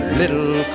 little